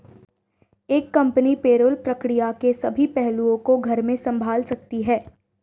एक company payroll प्रक्रिया के सभी पहलुओं को घर में संभाल सकती है